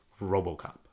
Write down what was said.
RoboCop